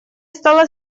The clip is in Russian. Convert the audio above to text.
стало